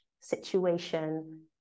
situation